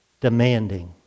demanding